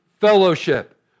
fellowship